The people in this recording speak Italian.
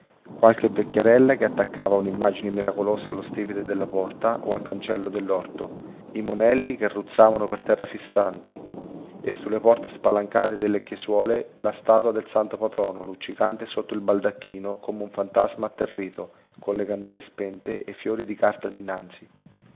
qualche vecchierella che attaccava unimmagine miracolosa allo stipite della porta o al cancello dellorto i monelli che ruzzavano per terra festanti e sulle porte spalancate delle chiesuole la statua del santo patrono luccicante sotto il baldacchino come un fantasma atterrito colle candele spente e i fiori di carta dinanzi